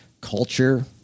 Culture